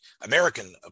American